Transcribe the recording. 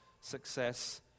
success